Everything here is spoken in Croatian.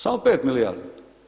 Samo 5 milijardi.